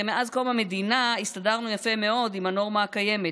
הרי מאז קום המדינה הסתדרנו יפה מאוד עם הנורמה הקיימת,